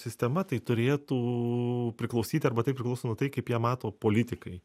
sistema tai turėtų priklausyti arba tai priklauso nuo tai kaip ją mato politikai